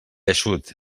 eixut